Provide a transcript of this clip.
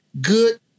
good